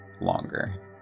longer